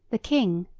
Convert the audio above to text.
the king,